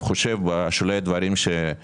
בשולי הדברים, לדעתי,